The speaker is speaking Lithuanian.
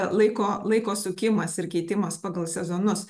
laiko laiko sukimas ir keitimas pagal sezonus